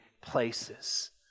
places